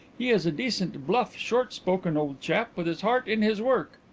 he is a decent, bluff, short-spoken old chap, with his heart in his work.